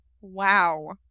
wow